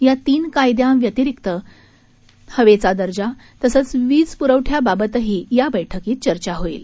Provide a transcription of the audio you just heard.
या तीन कायद्या व्यतरिक्त हवेचा दर्जा तसंच वीज पुरवठ्याबाबतही या बछ्कीत चर्चा होईल